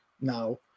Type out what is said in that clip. now